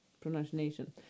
pronunciation